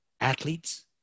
athletes